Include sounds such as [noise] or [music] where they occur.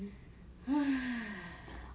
[noise]